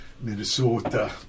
Minnesota